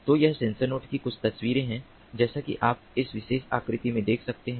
तो यह sensor nodes की कुछ तस्वीरें हैं जैसा कि आप इस विशेष आकृति में देख सकते हैं